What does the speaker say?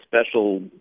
special